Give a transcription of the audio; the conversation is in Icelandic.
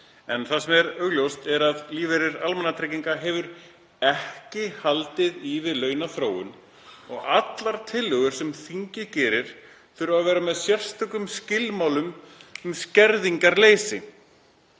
En það er augljóst að lífeyrir almannatrygginga hefur ekki haldið í við launaþróun og allar tillögur sem þingið gerir þurfa að vera með sérstökum skilmálum um skerðingarleysi.